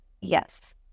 Yes